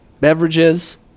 beverages